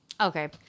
Okay